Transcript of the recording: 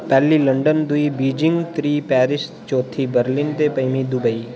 पैह्ली लंडन दुई बेजिंग त्री पेरिस चौथी बर्लिन ते पंजमी दुबेई